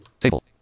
Table